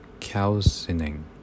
calcining